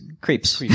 creeps